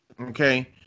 Okay